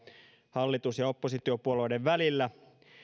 hallitus ja oppositiopuolueiden välillä